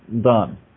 done